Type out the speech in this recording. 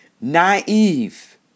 Naive